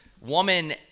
woman